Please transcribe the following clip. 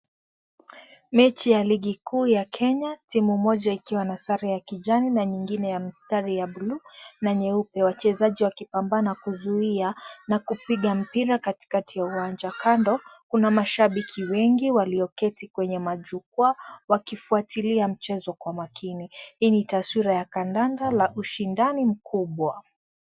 Mechi ya ligi kuu ya Kenya timu moja ikiwa na sare ya kijani na nyingine ya msitari ya bluu na nyeupe wachezaji wakipambana kuzuia na kupiga mpira katikati ya uwanja, kando kuna mashabiki wengi walioketi kwenye majukwaa wakifuatilia mchezo kwa makini hii ni taswira ya kandanda la ushindani mkubwa.